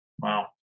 Wow